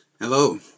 Hello